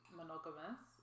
monogamous